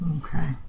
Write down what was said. okay